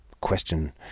question